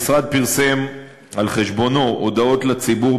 המשרד פרסם על חשבונו הודעות לציבור